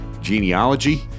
genealogy